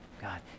God